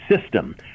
system